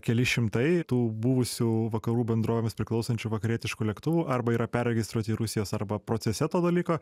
keli šimtai tų buvusių vakarų bendrovėms priklausančių vakarietiškų lėktuvų arba yra perregistruoti į rusijos arba procese to dalyko